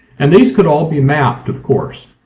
and these could all be mapped, of course.